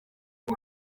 ubu